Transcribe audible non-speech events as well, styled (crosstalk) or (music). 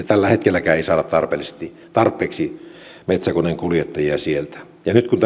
(unintelligible) tällä hetkelläkään ei saada tarpeeksi metsäkoneenkuljettajia nyt kun (unintelligible)